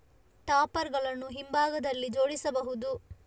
topper ಗಳನ್ನು ಹಿಂಭಾಗದಲ್ಲಿ ಜೋಡಿಸಬಹುದು